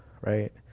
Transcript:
right